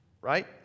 right